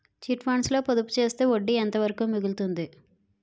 Chit funds లో పొదుపు చేస్తే వడ్డీ ఎంత వరకు మిగులుతుంది?